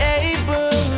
able